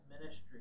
ministry